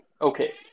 okay